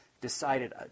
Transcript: decided